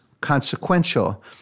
consequential